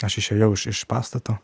aš išėjau iš iš pastato